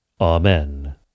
amen